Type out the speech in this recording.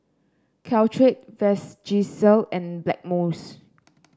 Caltrate Vagisil and Blackmores